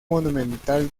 monumental